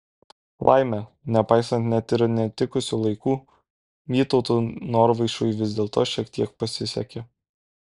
laimė nepaisant net ir netikusių laikų vytautui norvaišui vis dėlto šiek tiek pasisekė